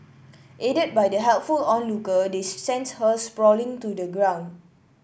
aided by the helpful onlooker they sent her sprawling to the ground